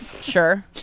sure